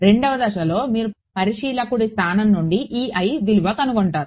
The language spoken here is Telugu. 2వ దశలో మీరు పరిశీలకుడి స్థానం నుండి విలువ కనుగొంటారు